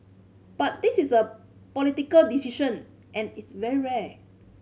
but this is a political decision and it's very rare